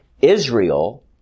Israel